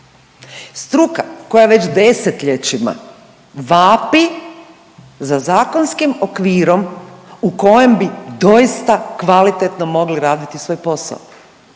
Struka koja već desetljećima vapi za zakonskim okvirom u kojem bi doista kvalitetno mogli raditi svoj posao.